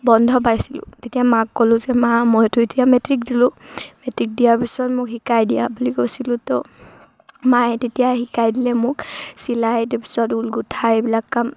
বন্ধ পাইছিলোঁ তেতিয়া মাক ক'লোঁ যে মা মইতো এতিয়া মেট্ৰিক দিলোঁ মেট্ৰিক দিয়াৰ পিছত মোক শিকাই দিয়া বুলি কৈছিলোঁ ত' মায়ে তেতিয়া শিকাই দিলে মোক চিলাই তাৰপিছত ঊল গোঠা এইবিলাক কাম